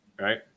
right